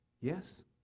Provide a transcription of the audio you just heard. Yes